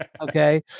Okay